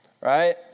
right